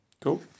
Cool